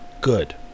good